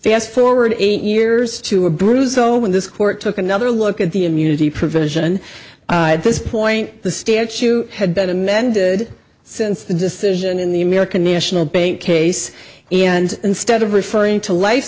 fast forward eight years to a bruise so when this court took another look at the immunity provision at this point the statute had better amended since the decision in the american national bank case and instead of referring to life